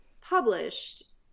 published